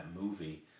movie